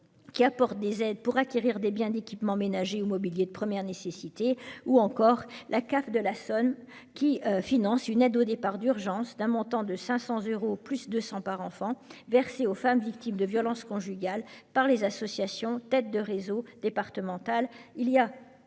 apporte des aides pour acquérir des biens d'équipement ménager ou mobilier de première nécessité. Dernier exemple, la CAF de la Somme finance une aide au départ d'urgence d'un montant de 500 euros, plus 200 euros par enfant, versée aux femmes victimes de violences conjugales par les associations têtes de réseau départemental.